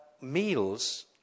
meals